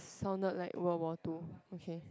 sounded like World War Two okay